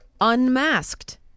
unmasked